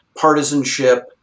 partisanship